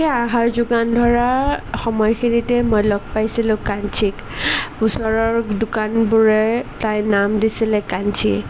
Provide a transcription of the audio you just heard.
সেই আহাৰ যোগান ধৰা সময়খিনিতেই মই লগ পাইছিলোঁ কাঞ্চীক ওচৰৰ দোকানবোৰে তাইক নাম দিছিলে কাঞ্চী